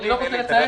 לפנייה